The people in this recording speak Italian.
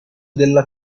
della